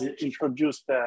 introduced